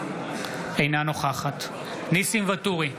אינה נוכחת ניסים ואטורי,